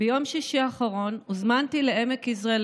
ביום שישי האחרון הוזמנתי לעמק יזרעאל